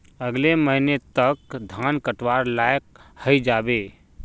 अगले महीने तक धान कटवार लायक हई जा बे